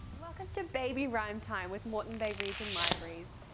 welcome to baby rhyme time with moreton bay region libraries.